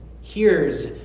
hears